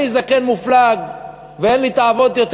אני זקן מופלג ואין לי תאוות יותר,